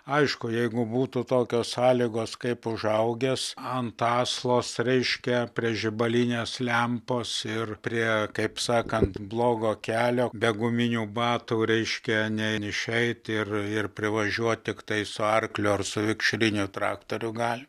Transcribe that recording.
aišku jeigu būtų tokios sąlygos kaip užaugęs ant aslos reiškia prie žibalinės lempos ir prie kaip sakant blogo kelio be guminių batų reiškia nein išeit ir privažiuot tiktai su arkliu ar su vikšriniu traktoriu gali